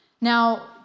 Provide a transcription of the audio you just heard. Now